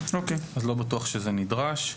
אז לא בטוח שזה נדרש.